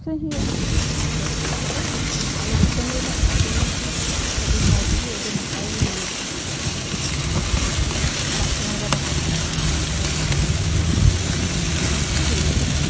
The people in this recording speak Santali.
ᱟᱹᱠᱷᱨᱤᱧ ᱦᱩᱭᱩᱜᱼᱟ ᱚᱱᱟᱛᱮ ᱚᱱᱟ ᱵᱟᱹᱲᱛᱤᱭᱟᱜ ᱫᱚᱞᱮ ᱟᱹᱠᱷᱨᱤᱧᱟ ᱟᱞᱮ ᱫᱤᱥᱚᱢ ᱨᱮᱫᱚ ᱚᱱᱟᱠᱚ ᱡᱤᱱᱤᱥᱫᱚ ᱟᱹᱰᱤ ᱢᱚᱡᱽᱜᱮ ᱟᱹᱰᱤ ᱱᱟᱯᱟᱭᱜᱮ ᱦᱩᱭᱩᱜᱚᱼᱟ ᱱᱤᱛᱚᱜ ᱚᱲᱟᱜ ᱠᱚᱨᱮᱞᱮ ᱨᱚᱦᱚᱭ ᱵᱟᱲᱟᱭᱟ ᱚᱱᱟ ᱠᱚᱨᱮᱦᱚᱸ ᱞᱮᱠᱷᱟᱡ ᱪᱟᱥᱫᱚ ᱢᱚᱡᱽᱜᱮ ᱦᱩᱭᱩᱜᱚᱼᱟ